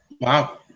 Wow